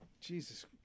Jesus